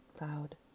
loud